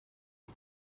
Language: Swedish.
jag